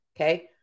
Okay